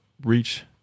reach